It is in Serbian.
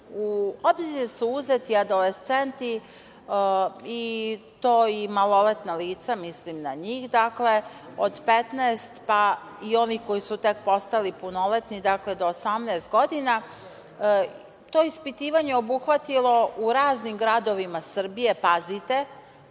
U obzir su uzeti adolescenti, i to maloletna lica, mislim na njih, dakle, od 15, pa i oni koji su tek postali, dakle do 18 godina. To ispitivanje obuhvatilo je u raznim gradovima Srbije, pazite,